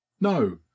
No